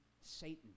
Satan